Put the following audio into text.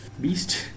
Beast